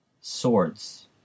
Swords